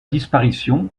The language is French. disparition